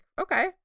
okay